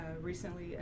recently